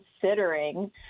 considering